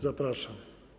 Zapraszam.